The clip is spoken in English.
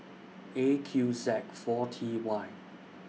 A Q Z four T Y